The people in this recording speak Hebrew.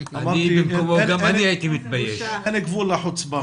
אני אומר לך,